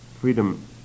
freedom